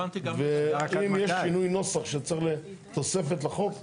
ואם יש שינוי נוסח שצריך תוספת לחוק,